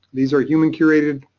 these are human curated,